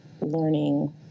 learning